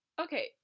Okay